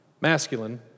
Masculine